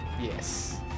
Yes